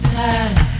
time